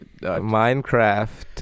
Minecraft